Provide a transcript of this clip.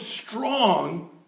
strong